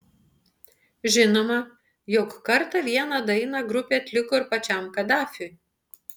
žinoma jog kartą vieną dainą grupė atliko ir pačiam kadafiui